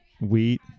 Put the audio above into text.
Wheat